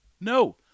No